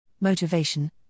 Motivation –